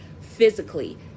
physically